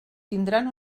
tindran